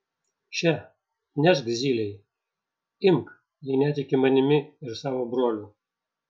še nešk zylei imk jei netiki manimi ir savo broliu